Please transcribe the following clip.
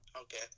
Okay